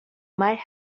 might